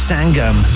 Sangam